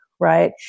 right